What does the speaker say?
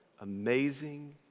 amazing